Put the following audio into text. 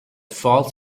falls